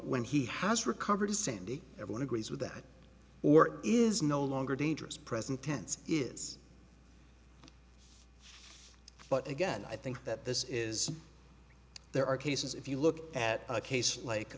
when he has recovered sandy everyone agrees with that or is no longer dangerous present tense is but again i think that this is there are cases if you look at a case like